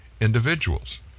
individuals